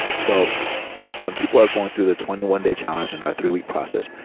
so when people are going through the twenty one day challenge and our three week process,